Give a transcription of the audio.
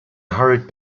hurried